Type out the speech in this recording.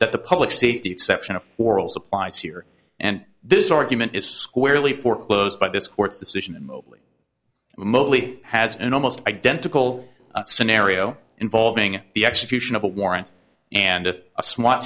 that the public safety exception of orals applies here and this argument is squarely foreclosed by this court's decision and mobley mostly has an almost identical scenario involving the execution of a warrant and a swat